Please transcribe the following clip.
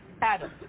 Adam